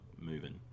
moving